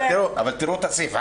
אבל תראו את הסעיף.